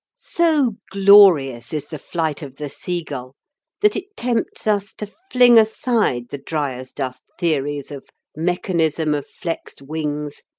so glorious is the flight of the seagull that it tempts us to fling aside the dry-as-dust theories of mechanism of flexed wings,